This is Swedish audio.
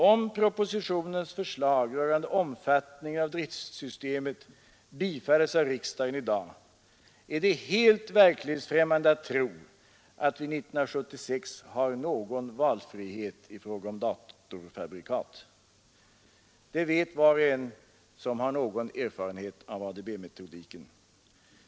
Om propositionens förslag rörande omfattningen av driftsystemet bifalles av riksdagen i dag är det helt verklighetsfrämmande att tro att vi 1976 har någon valfrihet i fråga om datorfabrikat. Det vet var och en som har någon erfarenhet av ADB-metodiken.